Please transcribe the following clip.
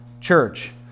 church